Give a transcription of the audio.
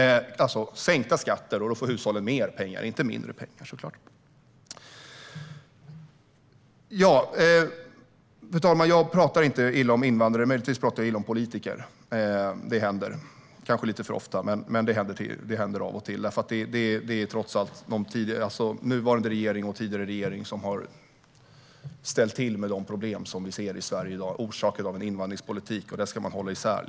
Sänkta skatter ger såklart hushållen mer pengar, inte mindre. Fru talman! Jag talar inte illa om invandrare, möjligtvis om politiker. Det händer av och till, kanske lite för ofta, för det är trots allt den nuvarande och den tidigare regeringen som har ställt till de problem vi ser i Sverige i dag. De har orsakats av invandringspolitiken, och det ska man hålla isär.